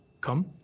come